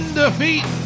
defeat